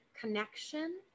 connection